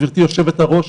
גברתי היו"ר,